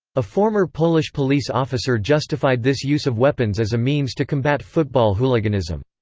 a former polish police officer justified this use of weapons as a means to combat football hooliganism.